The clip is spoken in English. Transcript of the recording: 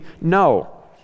No